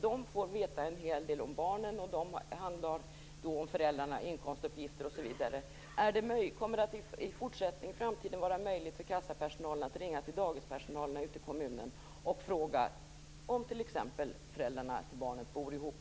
De får veta en hel del om barnen, och de känner till inkomstuppgifter för föräldrarna osv. Kommer det i framtiden att vara möjligt för kassapersonalen att ringa till dagispersonalen i kommunen och fråga t.ex. om föräldrarna till barnen bor ihop?